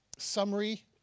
summary